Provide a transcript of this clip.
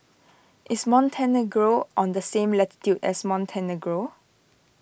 is Montenegro on the same latitude as Montenegro